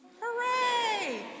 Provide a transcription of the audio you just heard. Hooray